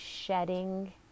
shedding